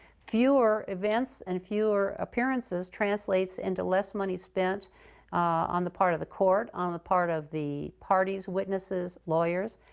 fewer events and fewer appearances translates into less money spent on the part of the court, on the part of the parties, witnesses, lawyers.